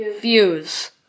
Fuse